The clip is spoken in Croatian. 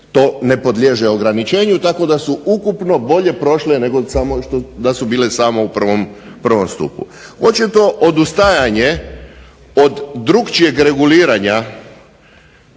to ne podliježe ograničenju, tako da su ukupno bolje prošle nego samo, da su bile samo u 1. stupu. Očito odustajanje od drukčijeg reguliranja